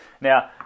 now